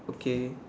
okay